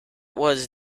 was